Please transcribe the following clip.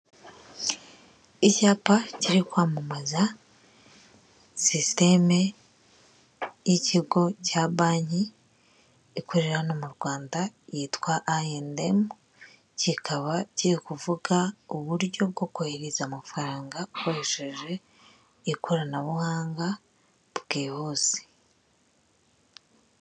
Icyapa kiri kwamamaza sisiteme y'ikigo cya banki ikorera hano mu Rwanda yitwa ayi andi emu, kikaba kiri kuvuga uburyo bwo kohereza amafaranga ukoresheje ikoranabuhanga bwihuse.